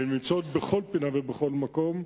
והן נמצאות בכל פינה ובכל מקום,